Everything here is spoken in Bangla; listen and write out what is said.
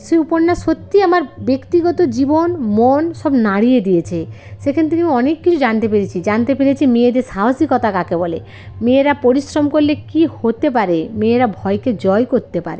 সেই উপন্যাস সত্যিই আমার ব্যক্তিগত জীবন মন সব নাড়িয়ে দিয়েছে সেখান থেকে আমি অনেক কিছু জানতে পেরেছি জানতে পেরেছি মেয়েদের সাহসিকতা কাকে বলে মেয়েরা পরিশ্রম করলে কী হতে পারে মেয়েরা ভয়কে জয় করতে পারে